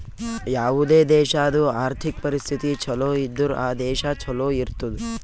ಯಾವುದೇ ದೇಶಾದು ಆರ್ಥಿಕ್ ಪರಿಸ್ಥಿತಿ ಛಲೋ ಇದ್ದುರ್ ಆ ದೇಶಾ ಛಲೋ ಇರ್ತುದ್